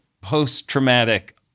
post-traumatic